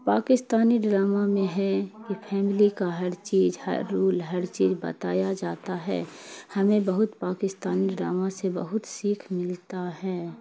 Pakistani drama میں ہے کہ پھیملی کا ہر چیز ہر رول ہر چیز بتایا جاتا ہے ہمیں بہت پاکستانی ڈرامہ سے بہت سیکھ ملتا ہے